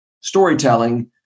storytelling